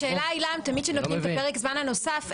השאלה היא תמיד כשנותנים את פרק הזמן הנוסף,